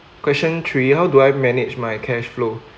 question three how do I manage my cash flow